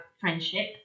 friendship